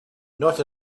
not